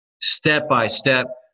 step-by-step